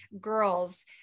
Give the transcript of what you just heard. girls